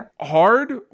hard